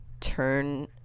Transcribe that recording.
turn